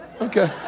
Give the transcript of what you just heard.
Okay